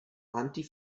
anti